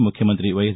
ముఖ్యమంతి వైఎస్